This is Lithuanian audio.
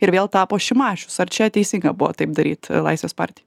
ir vėl tapo šimašius ar čia teisinga buvo taip daryt laisvės partija